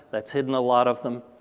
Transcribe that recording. that's hidden a lot of them,